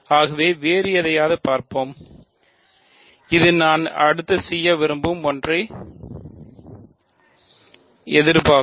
ஆகவே வேறு எதையாவது பார்ப்போம் வேறுபட்டது இது நான் அடுத்து செய்ய விரும்பும் ஒன்றை எதிர்பார்க்கும்